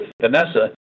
Vanessa